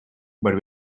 but